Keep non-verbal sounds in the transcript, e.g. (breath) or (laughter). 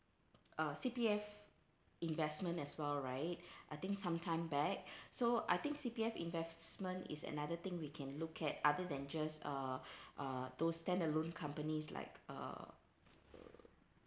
uh C_P_F investment as well right (breath) I think sometime back (breath) so I think C_P_F investment is another thing we can look at other than just uh (breath) uh those standalone companies like uh